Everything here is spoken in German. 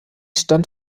stand